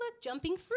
jumping